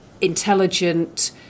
intelligent